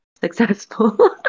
successful